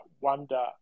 wonder